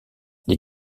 les